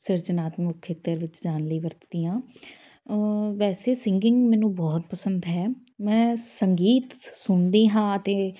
ਸਿਰਜਨਾਤਮਕ ਖੇਤਰ ਵਿੱਚ ਜਾਣ ਲਈ ਵਰਤਦੀ ਹਾਂ ਵੈਸੇ ਸਿੰਗਿੰਗ ਮੈਨੂੰ ਬਹੁਤ ਪਸੰਦ ਹੈ ਮੈਂ ਸੰਗੀਤ ਸੁਣਦੀ ਹਾਂ ਅਤੇ